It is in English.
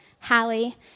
Hallie